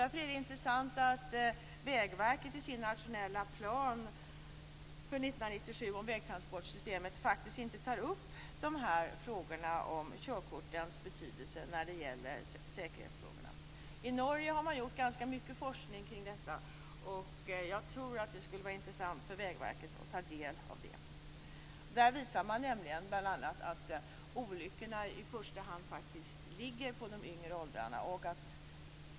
Därför är det intressant att Vägverket i sin nationella plan om vägtransportsystemet för 1997 faktiskt inte tar upp frågan om körkortets betydelse när det gäller säkerhetsfrågorna. I Norge har man forskat ganska mycket kring detta. Jag tror att det skulle vara intressant för Vägverket att ta del av det. Där visar man nämligen bl.a. att det i första hand faktiskt är förare i yngre åldrar som är inblandade i olyckor.